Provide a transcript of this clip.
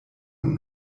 und